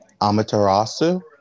Amaterasu